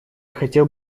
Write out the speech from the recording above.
хотел